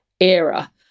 era